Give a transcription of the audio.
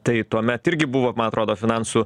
tai tuomet irgi buvo ma atrodo finansų